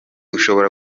ushobora